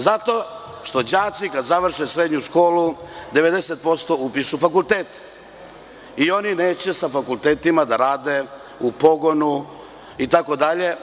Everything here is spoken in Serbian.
Zato što đaci kada završe srednju školu, 90% njih upiše fakultet i oni neće sa fakultetima da rade u pogonu itd.